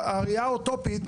הראייה האוטופית,